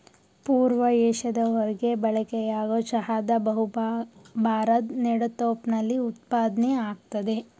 ಪೂರ್ವ ಏಷ್ಯಾದ ಹೊರ್ಗೆ ಬಳಕೆಯಾಗೊ ಚಹಾದ ಬಹುಭಾ ಭಾರದ್ ನೆಡುತೋಪಲ್ಲಿ ಉತ್ಪಾದ್ನೆ ಆಗ್ತದೆ